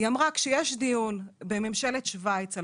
היא אמרה שכשיש דיון בממשלת שווייץ על